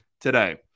today